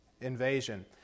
invasion